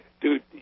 Dude